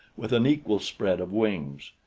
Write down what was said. with an equal spread of wings.